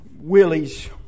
willies